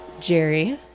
Jerry